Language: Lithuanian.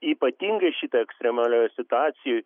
ypatingai šitą ekstremalioj situacijoj